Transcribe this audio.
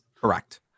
Correct